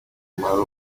umumaro